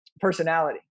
personality